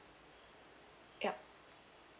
ya